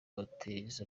bateze